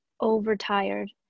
overtired